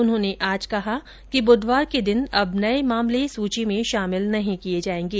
उन्होंने आज कहा कि बुधवार के दिन अब नये मामले सूची में शामिल नहीं किये जायेंगे